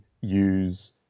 use